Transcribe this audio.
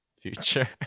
future